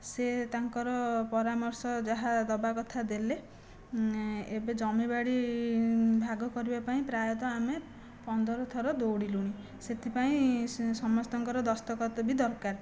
ସେ ତାଙ୍କର ପରାମର୍ଶ ଯାହା ଡ଼େବା କଥା ଦେଲେ ଏବେ ଜମିବାଡ଼ି ଭାଗ କରିବା ପାଇଁ ପ୍ରାୟତଃ ଆମେ ପନ୍ଦରଥର ଦୌଡ଼ିଲୁଣି ସେଥିପାଇଁ ସମସ୍ତଙ୍କର ଦସ୍ତଖତ ବି ଦରକାର